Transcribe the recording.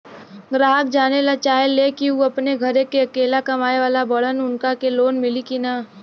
ग्राहक जानेला चाहे ले की ऊ अपने घरे के अकेले कमाये वाला बड़न उनका के लोन मिली कि न?